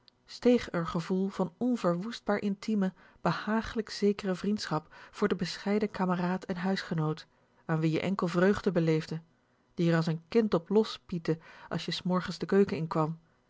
steeg r gevoel van onverwoestbaar intieme behaaglijk z e k e r e vriendschap voor den bescheiden kameraad en huisgenoot an wie je enkel vreugde beleefde die r as n kind op los piet te als je s morgens de keuken in kwam